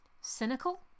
cynical